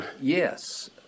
yes